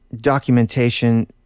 documentation